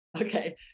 Okay